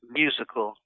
musical